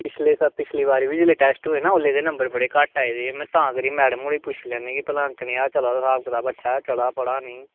पिच्छले कोला पिच्छले बारी जिसलै टेस्ट होये ना ओल्लै बी एह्दे नंबर घट्ट आये में हा तां करियै मैडम होरें ई पुच्छी लैने आं की भला कनेहा चला दा स्हाब कताब अच्छा चला दा नी